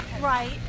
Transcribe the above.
right